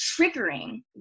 triggering